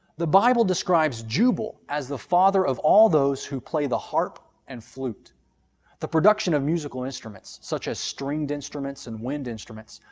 the bible describes jubal as the father of all those who play the harp and flute the production of musical instruments, such as stringed instruments and wind instruments,